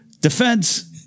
defense